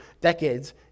decades